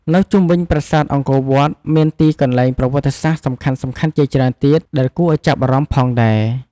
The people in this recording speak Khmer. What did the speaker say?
នៅជុំវិញប្រាសាទអង្គរវត្ត មានទីកន្លែងប្រវត្តិសាស្ត្រសំខាន់ៗជាច្រើនទៀតដែលគួរឱ្យចាប់អារម្មណ៍ផងដែរ។